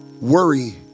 Worry